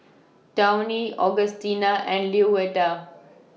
Tawny Augustina and Louetta